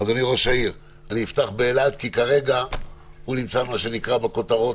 כי כרגע הוא נמצא בכותרות.